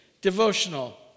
devotional